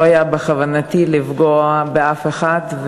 לא היה בכוונתי לפגוע באף אחד,